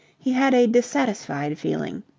he had a dissatisfied feeling.